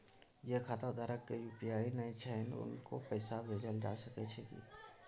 जे खाता धारक के यु.पी.आई नय छैन हुनको पैसा भेजल जा सकै छी कि?